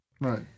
Right